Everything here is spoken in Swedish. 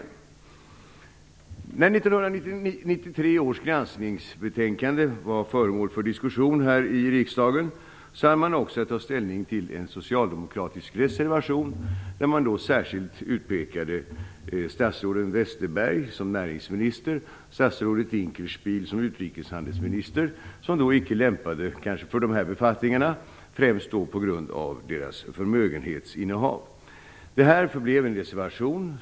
När 1993 års granskningsbetänkande var föremål för diskussion här i riksdagen hade man också att ta ställning till en socialdemokratisk reservation, där särskilt statsrådet Westerberg som näringsminister och statsrådet Dinkelspiel som utrikeshandelsminister utpekades som icke lämpade för de här befattningarna, främst på grund av deras förmögenhetsinnehav. Detta förblev en reservation.